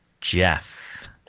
Jeff